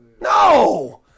No